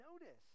notice